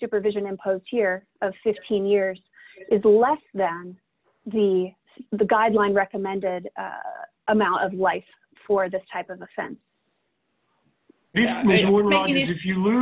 supervision imposed here of fifteen years is less than the the guideline recommended amount of life for this type of offense wou